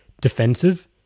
defensive